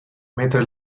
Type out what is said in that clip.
mentre